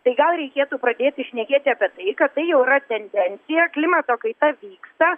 tai gal reikėtų pradėti šnekėti apie tai kad tai jau yra tendencija klimato kaita vyksta